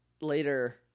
later